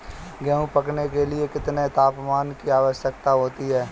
गेहूँ पकने के लिए कितने तापमान की आवश्यकता होती है?